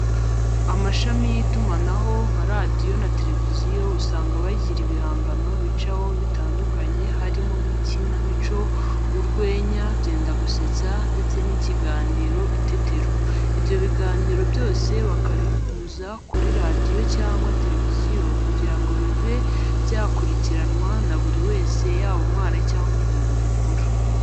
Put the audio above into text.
Amashami y'itumanaho nka radiyo na tereviziyo usanga bajyira ibihangano bicaho bitandukanye harimo nk'icyinamico, urwenya, byendagusetsa ndetse n'icyiganiro itetero .Ibyo biganiro byose bakabinyuza kuri radiyo cyangwa tereviziyo kujyira ngo bibe byakuricyiranwa na buri wese yaba umwana cyangwa umuntu mukuru.